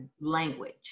language